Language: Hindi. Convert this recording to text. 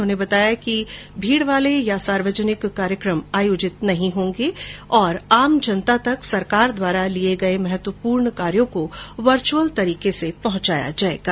उन्होंने बताया कि भीड़ वाला या सार्वजनिक कार्यक्रम नहीं होगा तथा आम जनता तक सरकार द्वारा किए गए महत्वपूर्ण कार्यो को वर्चुअल तरीके से पहुंचाया जाएगा